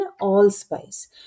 allspice